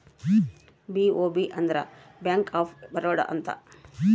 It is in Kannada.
ಬಿ.ಒ.ಬಿ ಅಂದ್ರ ಬ್ಯಾಂಕ್ ಆಫ್ ಬರೋಡ ಅಂತ